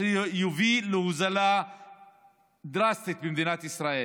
זה יביא להוזלה דרסטית במדינת ישראל.